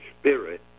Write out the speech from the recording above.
spirit